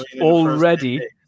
already